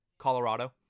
Colorado